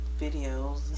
videos